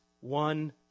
one